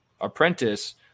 apprentice